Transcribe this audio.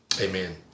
Amen